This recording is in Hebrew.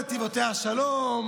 והוא מגיע האמירות "וכל נתיבותיה שלום",